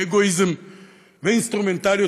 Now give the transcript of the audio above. אגואיזם ואינסטרומנטליות,